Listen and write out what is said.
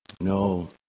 No